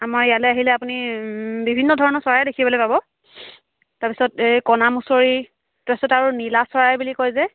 আমাৰ ইয়ালৈ আহিলে আপুনি বিভিন্ন ধৰণৰ চৰাই দেখিবলৈ পাব তাৰ পিছত এই কণামুছৰি তাৰ পিছত আৰু নীলা চৰাই বুলি কয় যে